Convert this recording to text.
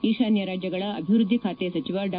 ಈಶಾನ್ಹ ರಾಜ್ಯಗಳ ಅಭಿವೃದ್ದಿ ಖಾತೆ ಸಚಿವ ಡಾ